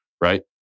right